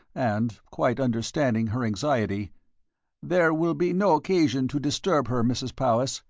and, quite understanding her anxiety there will be no occasion to disturb her, mrs. powis,